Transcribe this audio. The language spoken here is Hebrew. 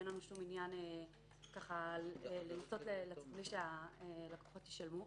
ואין לנו שום עניין לנסות שהלקוחות לא ישלמו.